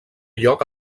lloc